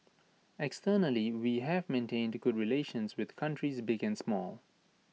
externally we have maintained good relations with countries big and small